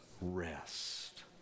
rest